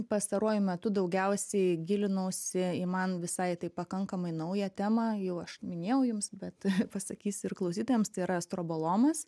pastaruoju metu daugiausiai gilinausi į man visai taip pakankamai naują temą jau aš minėjau jums bet pasakysiu ir klausytojams tai yra estrobolomas